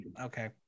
Okay